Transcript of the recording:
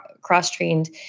cross-trained